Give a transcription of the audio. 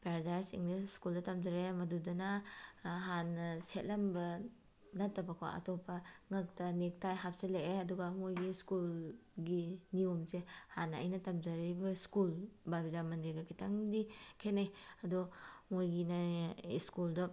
paradise English ꯁ꯭ꯀꯨꯜꯗ ꯇꯝꯖꯔꯛꯑꯦ ꯃꯗꯨꯗꯅ ꯍꯥꯟꯅ ꯁꯦꯠꯂꯝꯕ ꯅꯠꯇꯕꯀꯣ ꯑꯇꯣꯞꯄ ꯉꯛꯇ ꯅꯦꯛꯇꯥꯏ ꯍꯥꯞꯆꯤꯜꯂꯛꯑꯦ ꯑꯗꯨꯒ ꯃꯣꯏꯒꯤ ꯁ꯭ꯀꯨꯜꯒꯤ ꯅꯤꯌꯣꯝꯁꯦ ꯍꯥꯟꯅ ꯑꯩꯅ ꯇꯝꯖꯔꯛꯏꯕ ꯁ꯭ꯀꯨꯜ ꯕꯥꯜ ꯕꯤꯗ꯭ꯌꯥ ꯃꯟꯗꯤꯔꯒ ꯈꯤꯇꯪꯗꯤ ꯈꯦꯠꯅꯩ ꯑꯗꯣ ꯃꯣꯏꯒꯤꯅꯦ ꯁ꯭ꯀꯨꯜꯗ